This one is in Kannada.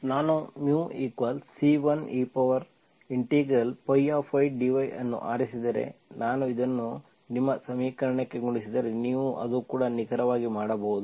ನಾನು μC1ey dy ಅನ್ನು ಆರಿಸಿದರೆ ನಾನು ಇದನ್ನು ನಿಮ್ಮ ಸಮೀಕರಣಕ್ಕೆ ಗುಣಿಸಿದರೆ ನೀವು ಅದು ಕೂಡ ನಿಖರವಾಗಿ ಮಾಡಬಹುದು